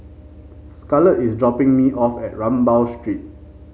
Scarlet is dropping me off at Rambau Street